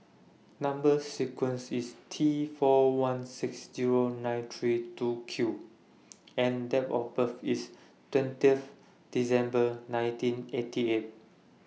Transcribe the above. Number sequence IS T four one six Zero nine three two Q and Date of birth IS twenty December nineteen eighty eight